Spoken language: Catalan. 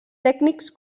tècnics